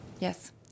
Yes